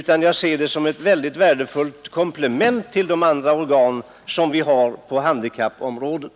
Tvärtom ser jag det som ett mycket värdefullt komplement till de övriga organ vi har på handikappområdet.